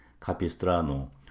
Capistrano